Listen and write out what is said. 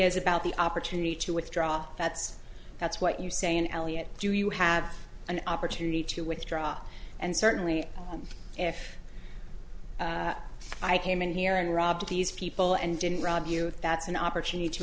is about the opportunity to withdraw that's that's what you're saying eliot do you have an opportunity to withdraw and certainly if i came in here and robbed these people and didn't rob you that's an opportunity to